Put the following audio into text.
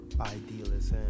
idealists